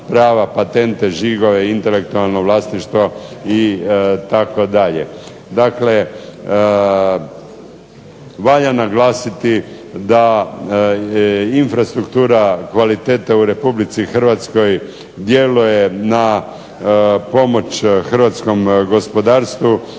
prava, patente, žigove, intelektualno vlasništvo itd. Dakle, valja naglasiti da infrastruktura kvalitete u Republici Hrvatskoj djeluje na pomoć hrvatskom gospodarstvu